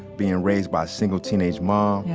being raised by a single teenage mom,